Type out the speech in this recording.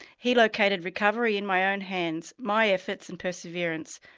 he located recovery in my own hands, my efforts and perseverance.